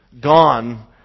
gone